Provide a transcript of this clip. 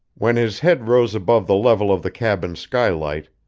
when his head rose above the level of the cabin skylight,